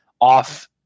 off